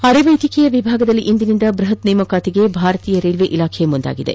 ಅರೆ ವೈದ್ಯಕೀಯ ವಿಭಾಗದಲ್ಲಿ ಇಂದಿನಿಂದ ಬೃಹತ್ ನೇಮಕಾತಿಗೆ ಭಾರತೀಯ ರೈಲ್ವೆ ಮುಂದಾಗಿದೆ